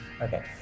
Okay